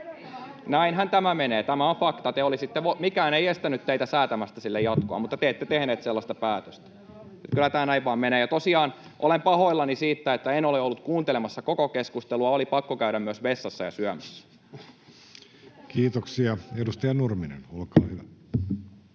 Näinhän tämä menee. Tämä on fakta. Mikään ei estänyt teitä säätämästä sille jatkoa, mutta te ette tehneet sellaista päätöstä. Kyllä tämä näin vaan menee. Tosiaan, olen pahoillani, että en ole ollut kuuntelemassa koko keskustelua. Oli pakko käydä myös vessassa ja syömässä. [Krista Kiuru: Sitä ei ole